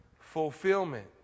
Fulfillment